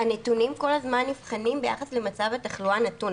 הנתונים כל הזמן נבחנים ביחס למצב התחלואה הנתון.